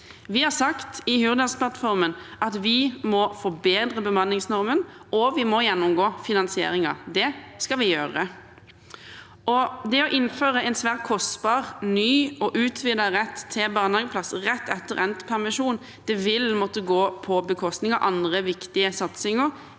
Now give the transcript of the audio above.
Vi har i Hurdalsplattformen sagt at vi må forbedre bemanningsnormen, og at vi må gjennomgå finansieringen. Det skal vi gjøre. Det å innføre en svært kostbar ny og utvidet rett til barnehageplass rett etter endt permisjon vil måtte gå på bekostning av andre viktige satsinger